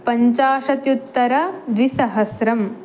पञ्चाशदुत्तरद्विसहस्रं